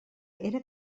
era